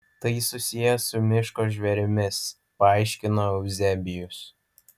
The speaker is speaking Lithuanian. tai susiję su miško žvėrimis paaiškino euzebijus